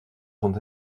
sont